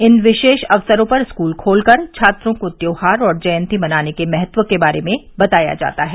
इन विशेष अवसरों पर स्कूल खोलकर छात्रों को त्योहार और जयंती मनाने के महत्व के बारे में बताया जाता है